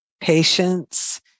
Patience